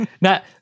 Now